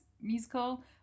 musical